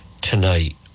tonight